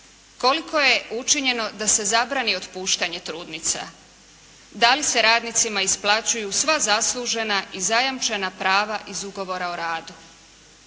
Koliko je učinjeno da se zabrani otpuštanje trudnica? Da li se radnicima isplaćuju sva zaslužena i zajamčena prava iz Ugovora o radu?